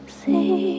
see